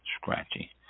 scratchy